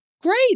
Great